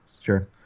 Sure